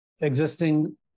existing